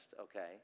okay